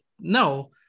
no